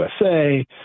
USA